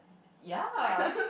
ya